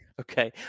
Okay